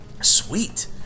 Sweet